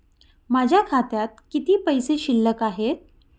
माझ्या खात्यात किती पैसे शिल्लक आहेत?